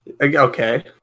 Okay